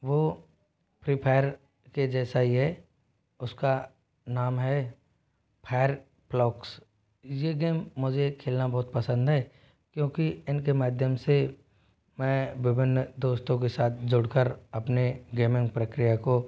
वो Free Fire के जैसा ही है उसका नाम है फायर क्लॉक्स ये गेम मुझे खेलना बहुत पसंद है क्योंकि इनके माध्यम से मैं विभिन्न दोस्तों के साथ जुड़कर अपने गेमिंग प्रक्रिया को